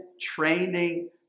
training